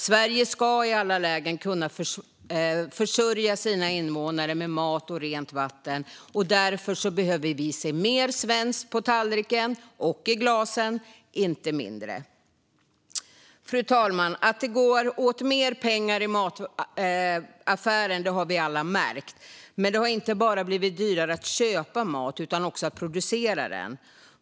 Sverige ska i alla lägen kunna försörja sina invånare med mat och rent vatten, och därför behöver vi se mer svenskt på tallrikarna och i glasen, inte mindre. Fru talman! Att det går åt mer pengar i mataffären har vi alla märkt, men det har inte bara blivit dyrare att köpa mat utan också att producera den.